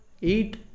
eat